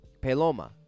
Peloma